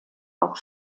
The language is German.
auch